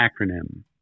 acronym